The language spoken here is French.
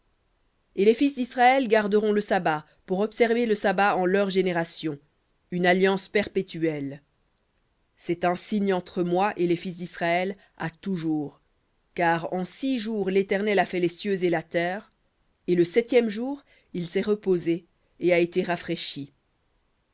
et les fils d'israël garderont le sabbat pour observer le sabbat en leurs générations une alliance perpétuelle cest un signe entre moi et les fils d'israël à toujours car en six jours l'éternel a fait les cieux et la terre et le septième jour il s'est reposé et a été rafraîchi